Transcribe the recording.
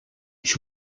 ich